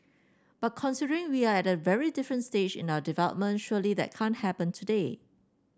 but considering we are at a very different stage in our development surely that can't happen today